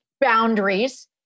boundaries